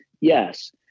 yes